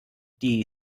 die